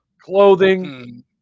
clothing